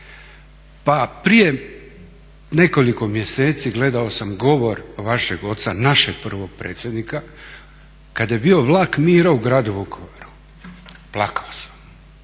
Pa prije nekoliko mjeseci gledao sam govor vašeg oca, našeg prvog predsjednika, kad je bio vlak mira u gradu Vukovaru. Plakao sam.